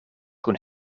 kun